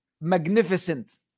magnificent